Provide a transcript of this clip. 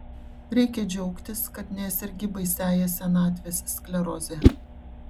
reikia džiaugtis kad nesergi baisiąja senatvės skleroze